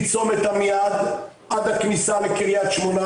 מצומת עמיעד עד הכניסה לקריית שמונה,